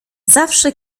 zawsze